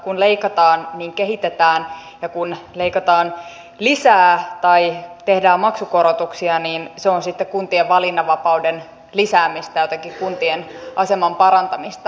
kun leikataan niin kehitetään ja kun leikataan lisää tai tehdään maksukorotuksia niin se on sitten kuntien valinnanvapauden lisäämistä jotenkin kuntien aseman parantamista